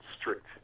strict